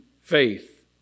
faith